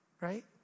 Right